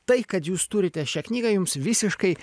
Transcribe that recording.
tai kad jūs turite šią knygą jums visiškai